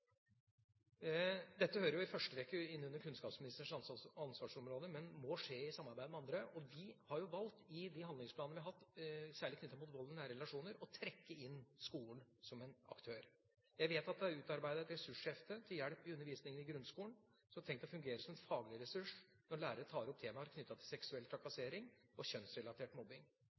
Dette hører jo i første rekke inn under kunnskapsministerens ansvarsområde, men må skje i samarbeid med andre. I de handlingsplanene vi har hatt, særlig knyttet til vold i nære relasjoner, har vi valgt å trekke inn skolen som en aktør. Jeg vet at det er utarbeidet et ressurshefte til hjelp i undervisningen i grunnskolen, som er tenkt å fungere som en faglig ressurs når lærere tar opp temaer knyttet til seksuell trakassering og kjønnsrelatert mobbing.